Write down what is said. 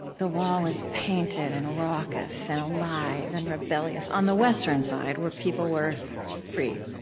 the wall was painted and raucous and alive and rebellious, on the western side, where people were free.